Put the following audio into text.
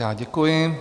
Já děkuji.